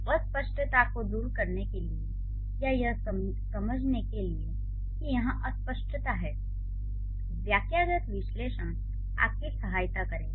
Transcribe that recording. अस्पष्टता को दूर करने के लिए या यह समझने के लिए कि यहां अस्पष्टता है वाक्यगत विश्लेषण आपकी सहायता करेगा